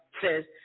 says